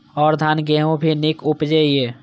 और धान गेहूँ भी निक उपजे ईय?